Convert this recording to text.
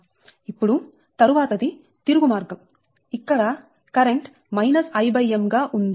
ఇప్పుడు తరువాత ది తిరుగు మార్గంఇక్కడ కరెంట్ I m గా ఉంది